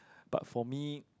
but for me